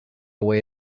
way